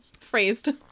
phrased